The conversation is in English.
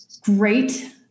great